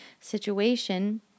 situation